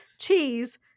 cheese